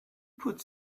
put